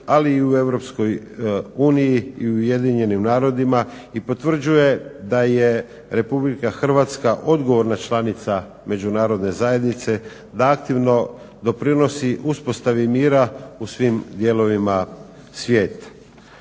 uniji i u Ujedinjenim narodima i potvrđuje da je Republika Hrvatska odgovorna članica Međunarodne zajednice, da aktivno doprinosi uspostavi mira u svim dijelovima svijeta.